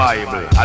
Bible